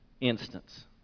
instance